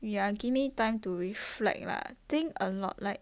ya give me time to reflect lah think a lot like